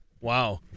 Wow